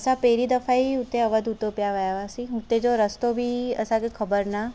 असां पहिरीं दफ़ा ई उते अवध उतोपिया विया हुयासि उते जो रस्तो बि असांखे ख़बरु न